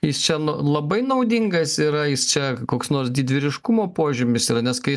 jis čia labai naudingas yra jis čia koks nors didvyriškumo požymis yra nes kai